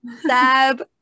Sab